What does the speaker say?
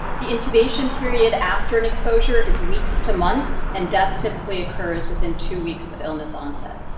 the incubation period after an exposure is weeks to months and death typically occurs within two weeks of illness onset.